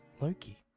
Loki